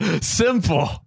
Simple